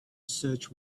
search